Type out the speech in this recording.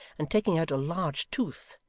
and taking out a large tooth,